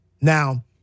Now